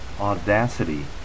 Audacity